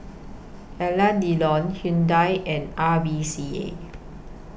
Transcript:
Alain Delon Hyundai and R V C A